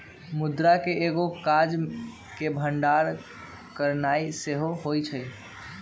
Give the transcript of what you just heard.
मुद्रा के एगो काज के भंडारण करनाइ सेहो होइ छइ